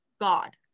God